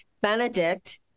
Benedict